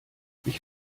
ich